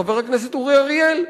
חבר הכנסת אורי אריאל,